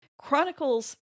Chronicles